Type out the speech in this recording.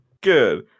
Good